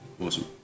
Awesome